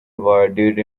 avoided